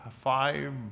five